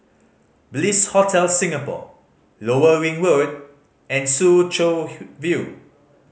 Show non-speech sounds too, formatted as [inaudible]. Bliss Hotel Singapore Lower Ring Road and Soo Chow [unintelligible] View